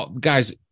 guys